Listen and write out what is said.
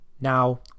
now